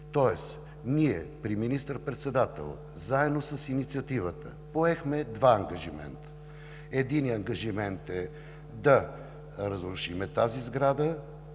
тоест ние при министър-председателя, заедно с Инициативата, поехме два ангажимента. Единият ангажимент е да разрушим тази сграда